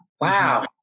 wow